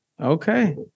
Okay